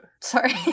Sorry